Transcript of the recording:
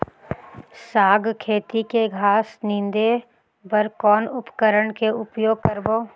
साग खेती के घास निंदे बर कौन उपकरण के उपयोग करबो?